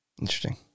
Interesting